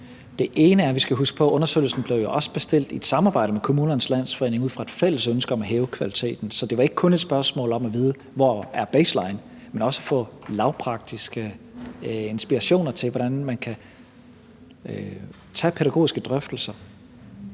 huske på, at undersøgelsen jo også blev bestilt i et samarbejde med KL ud fra et fælles ønske om at hæve kvaliteten. Så det var ikke kun et spørgsmål om at vide, hvor baseline er, men også at få lavpraktiske inspirationer til, hvordan man kan tage pædagogiske drøftelser